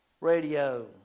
radio